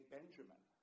Benjamin